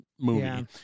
movie